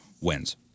wins